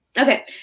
Okay